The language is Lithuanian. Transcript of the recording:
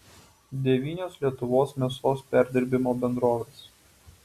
devynios lietuvos mėsos perdirbimo bendrovės